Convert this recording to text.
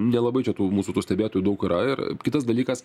nelabai čia tų mūsų tų stebėtojų daug yra ir kitas dalykas